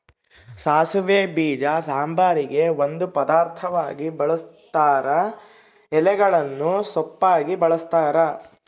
ಸಾಸಿವೆ ಬೀಜ ಸಾಂಬಾರಿಗೆ ಒಂದು ಪದಾರ್ಥವಾಗಿ ಬಳುಸ್ತಾರ ಎಲೆಗಳನ್ನು ಸೊಪ್ಪಾಗಿ ಬಳಸ್ತಾರ